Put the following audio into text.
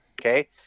Okay